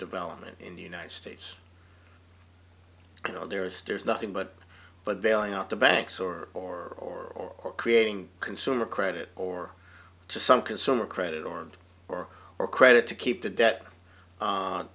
development in the united states you know there is does nothing but but bailing out the banks or or creating consumer credit or to some consumer credit or or or credit to keep the debt